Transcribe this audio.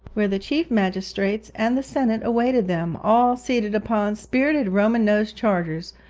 where the chief magistrates and the senate awaited them, all seated upon spirited roman-nosed chargers,